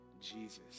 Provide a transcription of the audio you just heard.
Jesus